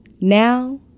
Now